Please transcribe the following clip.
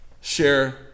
share